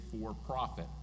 for-profit